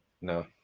No